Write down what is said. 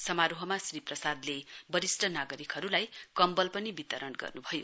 समारोहमा श्री प्रसादले बरिष्ट नागरिकहरुलाई कम्बल पनि वितरण गर्नुभयो